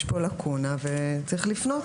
יש פה לאקונה, וצריך לפנות